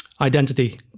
identity